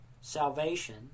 salvation